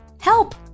help